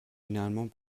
généralement